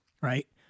right